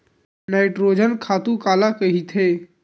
Nitrogen खातु काला कहिथे?